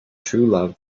truelove